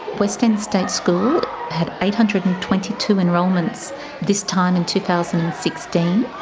west end state school had eight hundred and twenty two enrolments this time in two thousand and sixteen.